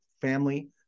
family